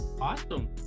Awesome